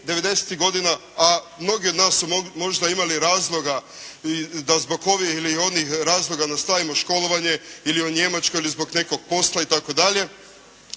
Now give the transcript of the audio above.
90-tih godina, a mnogi od nas su možda imali razloga da zbog ovih ili onih razloga nastavimo školovanje ili u Njemačkoj ili zbog nekog posla itd.